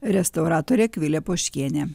restauratorė akvilė poškienė